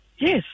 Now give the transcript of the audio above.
Yes